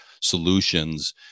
solutions